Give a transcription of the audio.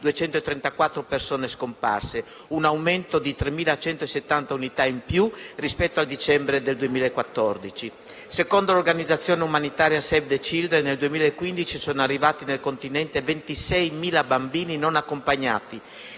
29.234 persone scomparse: un aumento di 3.170 unità rispetto al 31 dicembre 2014. Secondo l'organizzazione umanitaria Save the children nel 2015 sono arrivati nel Continente 26.000 bambini non accompagnati